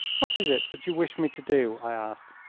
what is it that you wish me to do? i asked.